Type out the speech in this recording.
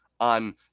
on